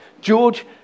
George